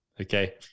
okay